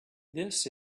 this